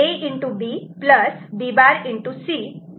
C किंवा Y A'